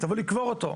תבוא לקבור אותו.